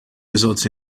results